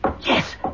yes